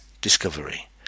discovery